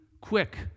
quick